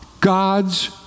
God's